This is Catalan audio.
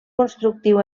constructiu